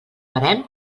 barem